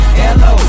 hello